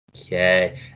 okay